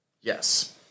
Yes